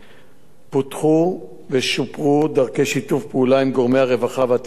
פותחו ושופרו דרכי שיתוף פעולה עם גורמי הרווחה והטיפול בקהילה,